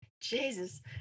Jesus